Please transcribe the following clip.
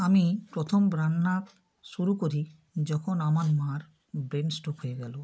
আমি প্রথম রান্না শুরু করি যখন আমার মা র ব্রেনস্ট্রোক হয়ে গেলো